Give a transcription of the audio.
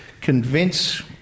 convince